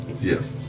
yes